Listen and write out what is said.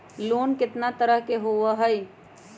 Loan केतना तरह के होअ हई?